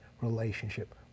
relationship